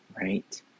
Right